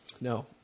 No